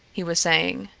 he was saying.